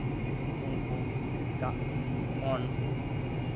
ᱩᱱᱠᱩ ᱥᱮᱛᱟᱜ ᱠᱷᱚᱱ